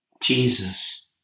Jesus